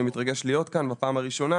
אני מתרגש להיות כאן בפעם הראשונה.